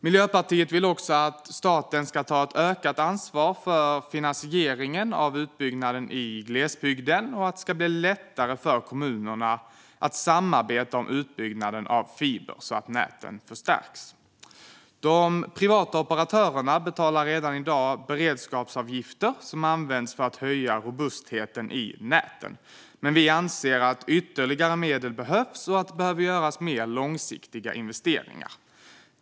Miljöpartiet vill också att staten tar ett ökat ansvar för finansieringen av utbyggnaden i glesbygden och att det ska bli lättare för kommunerna att samarbeta om utbyggnaden av fiber så att näten förstärks. De privata operatörerna betalar redan i dag beredskapsavgifter som används för att öka robustheten i näten, men vi anser att ytterligare medel behövs och att det behöver göras mer långsiktiga investeringar.